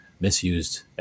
misused